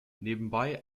nebenbei